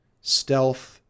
stealth